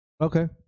Okay